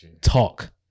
talk